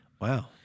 Wow